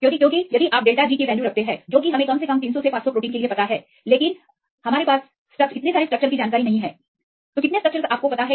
हां क्योंकि यदि आप डेल्टा G मान देखते हैं उन्हें केवल 300 से 500 प्रोटीन के लिए जाना जाता है लेकिन हमारे पास स्ट्रक्चर है कि इस समय कितनी स्ट्रक्चरस ज्ञात हैं